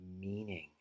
meaning